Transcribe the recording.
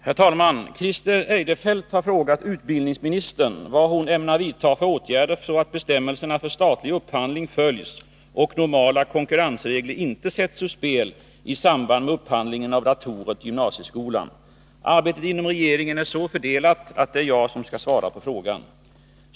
Herr talman! Christer Eirefelt har frågat utbildningsministern vad hon ämnar vidta för åtgärder så att bestämmelserna för statlig upphandling följs och normala konkurrensregler inte sätts ur spel i samband med upphandlingen av datorer till gymnasieskolan. Arbetet inom regeringen är så fördelat att det är jag som skall svara på frågan.